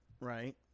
Right